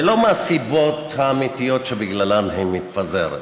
ולא מהסיבות האמיתיות שבגללן היא מתפזרת.